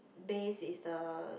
base is the